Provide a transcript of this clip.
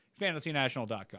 FantasyNational.com